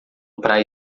praia